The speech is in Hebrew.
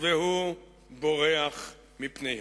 והוא בורח מפניהם.